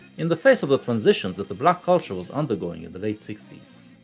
in the face of the transitions that the black culture was undergoing in the late sixties.